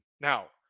Now